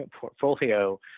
portfolio